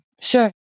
Sure